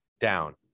down